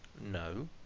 No